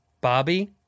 Bobby